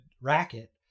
racket